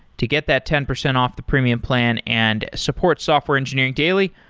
to get that ten percent off the premium plan and support software engineering daily,